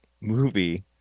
movie